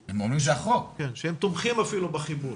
הם תומכים אפילו בחיבור.